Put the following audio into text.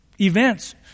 events